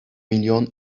milyon